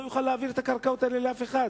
הוא לא יוכל להעביר את הקרקעות האלה לאף אחד.